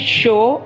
show